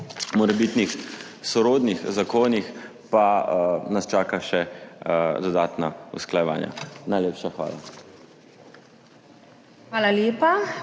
morebitnih sorodnih zakonih pa nas čaka še dodatna usklajevanja. Najlepša hvala.